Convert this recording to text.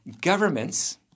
governments